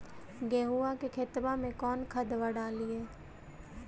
गेहुआ के खेतवा में कौन खदबा डालिए?